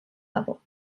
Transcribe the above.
level